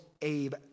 Abe